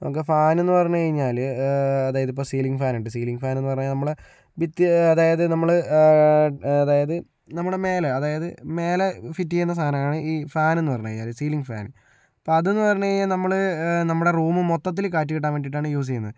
നമുക്ക് ഫാനെന്ന് പറഞ്ഞു കഴിഞ്ഞാല് അതായതിപ്പോൾ സീലിംഗ് ഫാനുണ്ട് സീലിംഗ് ഫാനെന്ന് പറഞ്ഞാൽ നമ്മുടെ ഭിത്തി അതായത് നമ്മള് അതായത് നമ്മടെ മേലെ അതായത് മേലെ ഫിറ്റ് ചെയ്യുന്ന സാധനമാണ് ഈ ഫാനെന്നു പറഞ്ഞു കഴിഞ്ഞാല് സീലിംഗ് ഫാൻ അപ്പോൾ അതെന്നു പറഞ്ഞുകഴിഞ്ഞാൽ നമ്മള് നമ്മുടെ റൂം മൊത്തത്തില് കാറ്റ് കിട്ടാൻ വേണ്ടിയിട്ടാണ് യൂസ് ചെയ്യുന്നത്